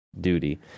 duty